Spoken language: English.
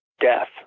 death